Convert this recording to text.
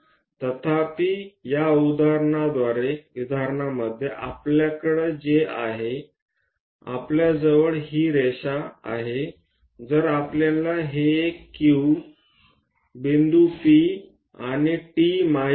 तथापि या उदाहरणामध्ये आपल्याकडे जे आहे आपल्याजवळ ही रेषा आहे जर आपल्याला हे एक Q बिंदू P आणि T माहित आहे